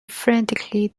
frantically